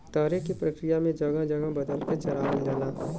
तरे के प्रक्रिया में जगह बदल बदल के चरावल जाला